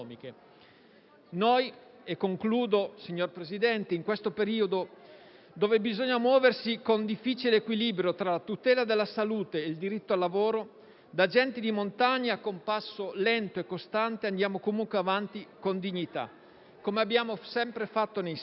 nostre possibilità economiche. In questo periodo, in cui bisogna muoversi con difficile equilibrio tra la tutela della salute e il diritto al lavoro, da gente di montagna con passo lento e costante andiamo comunque avanti con dignità, come abbiamo sempre fatto nei secoli,